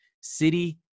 City